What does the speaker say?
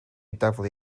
daflu